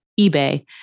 eBay